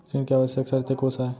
ऋण के आवश्यक शर्तें कोस आय?